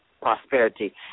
prosperity